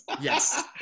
Yes